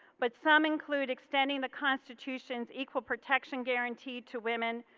but some include extending the constitution's equal protection guarantee to women,